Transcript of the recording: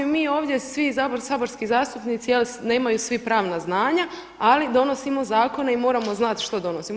Mi ovdje svi saborski zastupnici, jel' nemaju svi pravna znanja ali donosimo zakone i moramo znati što donosimo.